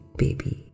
baby